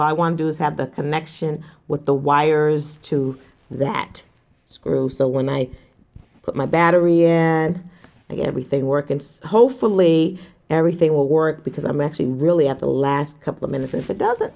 i want to do is have the connection with the wires to that screw so when i put my battery and everything work and hopefully everything will work because i'm actually really up the last couple of minutes if it